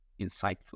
insightful